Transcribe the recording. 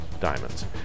diamonds